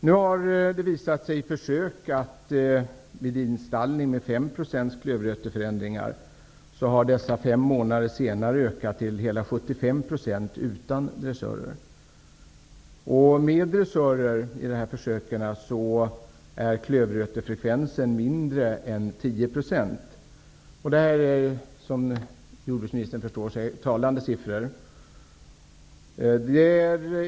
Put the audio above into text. Det har nu i försök visat sig att förekomsten av klövröta i stall utan dressörer på fem månader ökade från 5 % till 75 %, medan klövrötefrekvensen var mindre än 10 % när dressörer användes. Som jordbruksministern förstår är detta talande siffror.